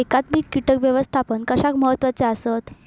एकात्मिक कीटक व्यवस्थापन कशाक महत्वाचे आसत?